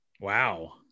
Wow